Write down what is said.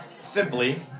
simply